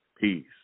Peace